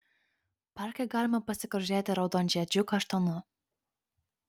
parke galima pasigrožėti raudonžiedžiu kaštonu